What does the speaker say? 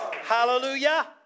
Hallelujah